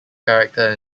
character